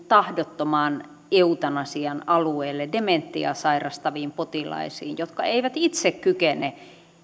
tahdottoman eutanasian alueelle dementiaa sairastaviin potilaisiin jotka eivät itse kykene